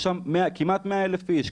יש שם כמעט 100,000 איש,